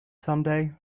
someday